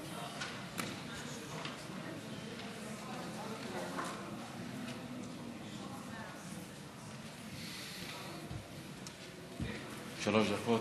שלוש דקות,